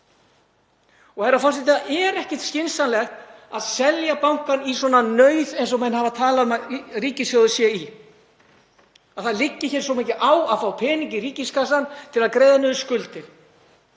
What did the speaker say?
Það er ekki skynsamlegt að selja bankann í svona nauð eins og menn hafa talað um að ríkissjóður sé í, að það liggi svo mikið á að fá pening í ríkiskassann til að greiða niður skuldir.